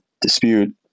dispute